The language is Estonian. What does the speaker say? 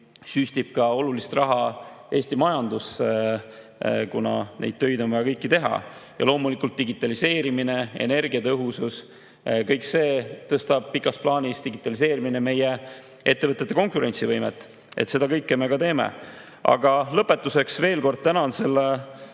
süstib ka oluliselt raha Eesti majandusse, kuna neid töid on vaja kõiki teha. Ja loomulikult digitaliseerimine, energiatõhusus – kõik see tõstab pikas plaanis meie ettevõtete konkurentsivõimet. Seda kõike me teeme. Lõpetuseks veel kord tänan selle